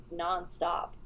nonstop